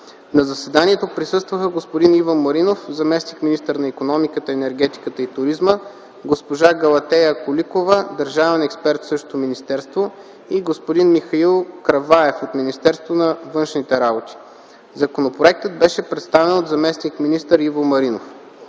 На заседанието присъстваха господин Иво Маринов – заместник-министър на икономиката, енергетиката и туризма, госпожа Галатея Коликова – държавен експерт в същото министерство, и господин Михаил Краваев от Министерство на външните работи. Законопроектът беше представен от заместник-министър Иво Маринов.